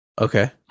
Okay